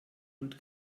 und